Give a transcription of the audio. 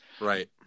right